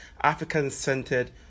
African-centered